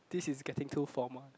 this is getting too formal